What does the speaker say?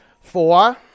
Four